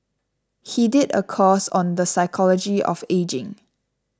he did a course on the psychology of ageing